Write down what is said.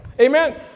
Amen